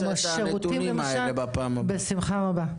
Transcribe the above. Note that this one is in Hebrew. אנחנו נרצה את הנתונים האלה בפעם הבאה.